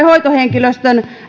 hoitohenkilöstön työn